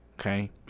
okay